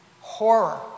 Horror